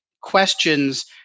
questions